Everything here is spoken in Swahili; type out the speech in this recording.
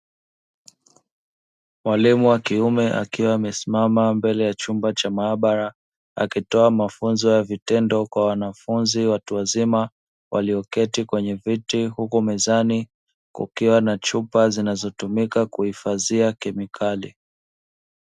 Mwalimu wa kiume, akiwa amesimama mbele ya chumba cha maabara, akitoa mafunzo ya vitendo kwa wanafunzi watu wazima, walio keti kwenye viti. Huku mezan kukiwa na chupa zinazotumika kuhifadhia kemikali.